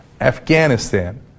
Afghanistan